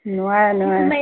নোৱাৰে নোৱাৰে